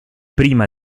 prima